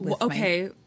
Okay